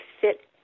fit